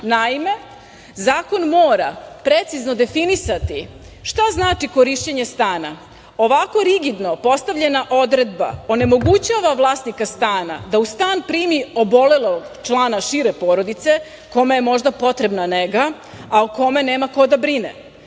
zakona. Naime, zakon mora precizno definisati šta znači korišćenje stana. Ovako rigidno postavljena odredba onemogućava vlasnika stana da u stan primi obolelog člana šire porodice kome je možda potrebna neka, a o kome nema ko da